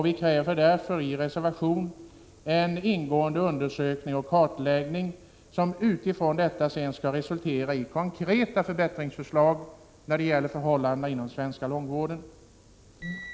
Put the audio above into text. Vi kräver därför i reservation en kartläggning och utredning, som skall kunna resultera i konkreta förbättringsförslag vad avser den svenska långvården.